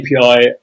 API